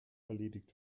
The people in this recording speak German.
erledigt